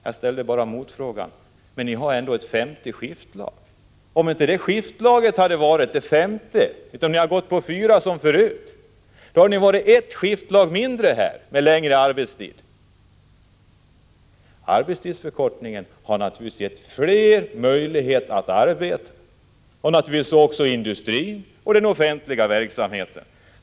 Mitt motargument löd: Men ni har ju ändå ett femte skiftlag. Om ni inte hade haft detta femte skiftlag utan bara hade haft fyra — som det var förut — hade det ju funnits ett skiftlag mindre och ni skulle ha haft längre arbetstid. Arbetstidsförkortningen har naturligtvis gett fler möjlighet att arbeta. Självfallet gäller det också industrin och den offentliga verksamheten.